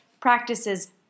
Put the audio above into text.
Practices